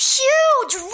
huge